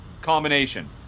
combination